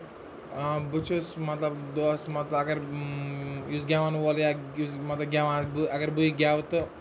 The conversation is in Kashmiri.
بہٕ چھُ مطلب دۄہَس منٛز اَگر یُس گیوَن وول یا یُس مطلب گیوان بہٕ اَگر بٕے گیوٕ تہٕ